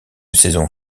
saison